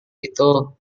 itu